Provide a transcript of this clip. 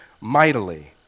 mightily